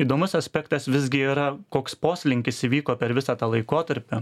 įdomus aspektas visgi yra koks poslinkis įvyko per visą tą laikotarpį